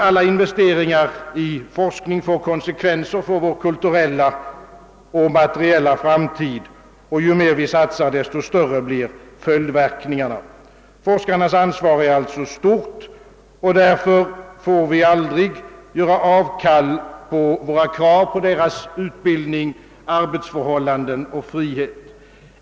Alla investeringar i forskning får konsekvenser för vår kulturella och materiella framtid, och ju mer vi satsar, desto större blir följdverkningarna. Forskarnas ansvar är alltså stort, och därför bör vi aldrig göra avkall på våra krav på deras utbildning, arbetsförhållanden och frihet.